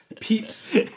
peeps